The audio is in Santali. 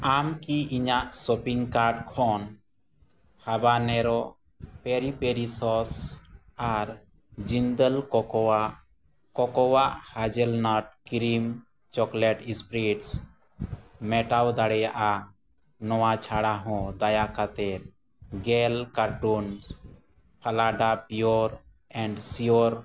ᱟᱢ ᱠᱤ ᱤᱧᱟᱹᱜ ᱥᱚᱯᱤᱝ ᱠᱟᱨᱰ ᱠᱷᱚᱱ ᱦᱟᱵᱟ ᱱᱮᱨᱳ ᱯᱮᱨᱤ ᱯᱮᱨᱤ ᱥᱚᱥ ᱟᱨ ᱡᱤᱱᱫᱟᱞ ᱠᱳᱠᱳᱣᱟ ᱠᱳᱠᱳᱣᱟᱜ ᱦᱟᱡᱮᱞ ᱱᱟᱴ ᱠᱨᱤᱢ ᱪᱚᱠᱚᱞᱮᱹᱴ ᱤᱥᱯᱤᱨᱤᱴ ᱢᱮᱴᱟᱣ ᱫᱟᱲᱮᱭᱟᱜᱼᱟ ᱱᱚᱣᱟ ᱪᱷᱟᱲᱟ ᱦᱚᱸ ᱫᱟᱭᱟ ᱠᱟᱛᱮᱫ ᱜᱮᱞ ᱠᱟᱨᱴᱩᱱᱥ ᱟᱞᱟᱫᱟ ᱯᱤᱣᱚᱨ ᱮᱱᱰ ᱥᱤᱣᱚᱨ